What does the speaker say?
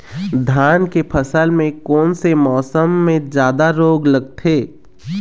धान के फसल मे कोन से मौसम मे जादा रोग लगथे?